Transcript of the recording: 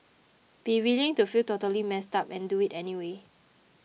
be willing to feel totally messed up and do it anyway